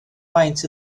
faint